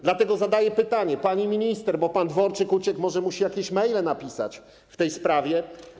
Dlatego zadaję pytanie pani minister, bo pan Dworczyk uciekł, może musi jakieś maile napisać w tej sprawie.